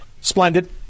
Splendid